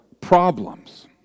problems